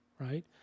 Right